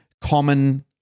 common